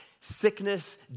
Sickness